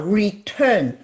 return